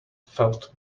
felt